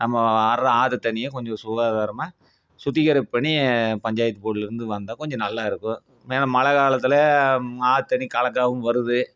நம்ம வர்ற ஆற்று தண்ணியை கொஞ்சம் சுகாதாரமாக சுத்திகரிப்பு பண்ணி பஞ்சாயத்து போடில் இருந்து வந்தால் கொஞ்சம் நல்லா இருக்கும் ஏன்னால் மழை காலத்தில் ஆற்று தண்ணி கலக்காகவும் வருது